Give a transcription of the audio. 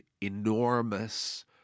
enormous